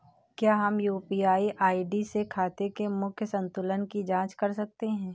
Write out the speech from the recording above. क्या हम UPI ID से खाते के मूख्य संतुलन की जाँच कर सकते हैं?